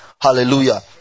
hallelujah